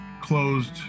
closed